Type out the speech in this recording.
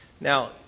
Now